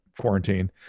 quarantine